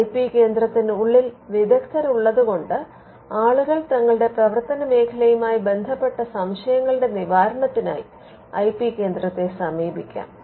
I P കേന്ദ്രത്തിനുള്ളിൽ വിദഗ്ധരുള്ളത് കൊണ്ട് ആളുകൾ തങ്ങളുടെ പ്രവർത്തനമേഖലയുമായി ബന്ധപ്പെട്ട സംശയങ്ങളുടെ നിവാരണത്തിനായി ഐ പി കേന്ദ്രത്തെ സമീപിക്കാം